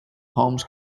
holmes